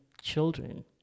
children